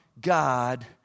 God